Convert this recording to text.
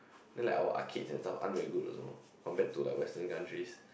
then our arcades and stuff aren't really good also compared to like western countries